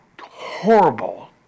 horrible